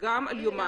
אמירה